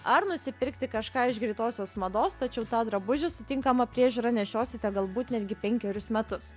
ar nusipirkti kažką iš greitosios mados tačiau tą drabužį su tinkama priežiūra nešiosite galbūt netgi penkerius metus